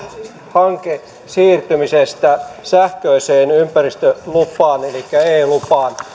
hanke siirtymisestä sähköiseen ympäristölupaan elikkä e lupaan